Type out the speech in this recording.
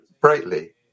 brightly